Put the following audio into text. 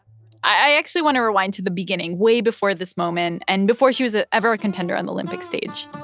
i actually want to rewind to the beginning, way before this moment and before she was ah ever a contender on the olympic stage